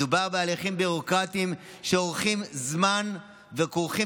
מדובר בהליכים ביורוקרטיים שאורכים זמן וכרוכים